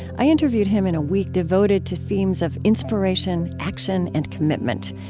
i interviewed him in a week devoted to themes of inspiration, action, and commitment,